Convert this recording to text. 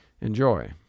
Enjoy